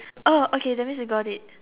oh okay that means we got it